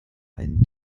ein